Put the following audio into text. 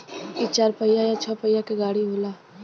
इ चार पहिया या छह पहिया के गाड़ी होला